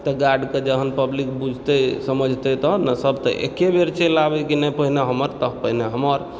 तऽ गार्डके जहन पब्लिक बुझते समझते तहन न सभ तऽ एक्के बेर चलि आबै कि नहि पहिने हमर तऽ पहिने हमर